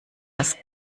das